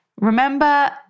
Remember